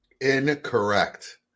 Incorrect